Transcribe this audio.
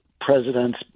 presidents